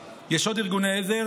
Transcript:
מלבד מגן דוד אדום יש עוד ארגוני עזר,